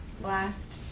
Last